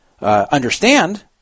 understand